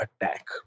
attack